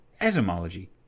etymology